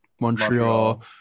Montreal